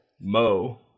Mo